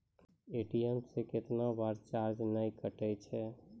ATM से कैतना बार चार्ज नैय कटै छै?